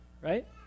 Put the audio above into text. right